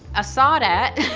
ah saw dat.